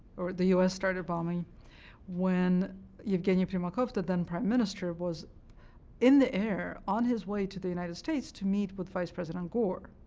or the u s. started bombing when yevgeny primakov, the then-prime minister, was in the air, on his way to the united states to meet with vice president gore.